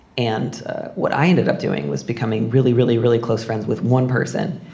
and what i ended up doing was becoming really, really, really close friends with one person.